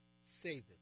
saving